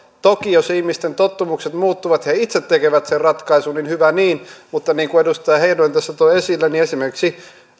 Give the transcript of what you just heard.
toki jos ihmisten tottumukset muuttuvat ja he itse tekevät sen ratkaisun niin hyvä niin mutta niin kuin edustaja heinonen tässä toi esille esimerkiksi